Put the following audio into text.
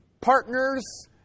partners